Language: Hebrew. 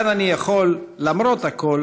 / וכאן אני יכול למרות הכול